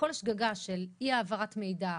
של אי העברת מידע,